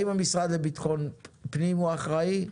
האם המשרד לבטחון פנים הוא האחראי?